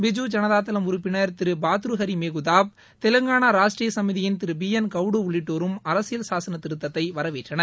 பிஜு ஜனதா தளம் உறுப்பினர் திரு பாத்ருஹரி மேகுதாப் தெலுங்கான ராஷ்டிரிய சமிதியின் திரு பி என் கௌடு உள்ளிட்டோரும் அரசியல் சாசன திருத்தத்தை வரவேற்றனர்